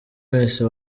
wese